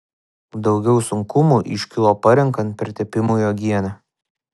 daugiau sunkumų iškilo parenkant pertepimui uogienę